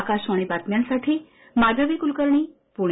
आकाशवाणी बातम्यांसाठी माधवी कुलकर्णी पुणे